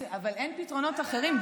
אבל אין פתרונות אחרים.